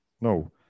no